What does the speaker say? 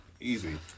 Easy